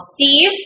Steve